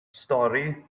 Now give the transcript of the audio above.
stori